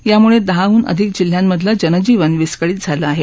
यामुळे दहाहून अधिक जिल्ह्यांमधलं जनजीवन विस्कळीत झालं आहे